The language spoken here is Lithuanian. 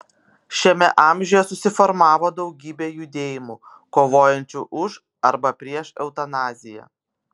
šiame amžiuje susiformavo daugybė judėjimų kovojančių už arba prieš eutanaziją